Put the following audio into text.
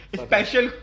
special